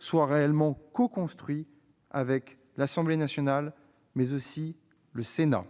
soit réellement coconstruit avec l'Assemblée nationale, mais aussi avec le Sénat.